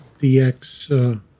DX